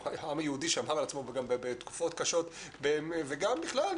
העם היהודי שמר על עצמו גם בתקופות קשות וגם בכלל,